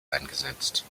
eingesetzt